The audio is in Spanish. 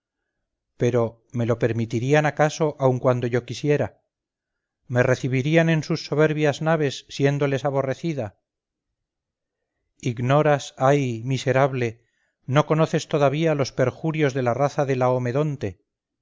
pero me lo permitirían acaso aun cuando yo quisiera me recibirían en sus soberbias naves siéndoles aborrecida ignoras ay miserable no conoces todavía los perjurios de la raza de